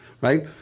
right